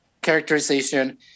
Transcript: characterization